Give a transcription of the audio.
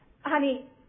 Honey